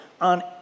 on